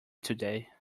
today